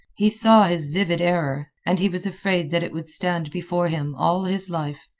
he saw his vivid error, and he was afraid that it would stand before him all his life.